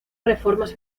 reformas